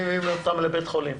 מביאים אותם לבית-החולים.